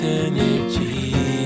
energy